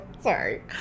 Sorry